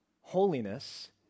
holiness